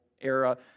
era